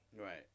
Right